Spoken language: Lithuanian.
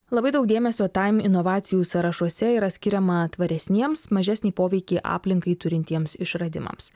labai daug dėmesio taim inovacijų sąrašuose yra skiriama tvaresniems mažesnį poveikį aplinkai turintiems išradimams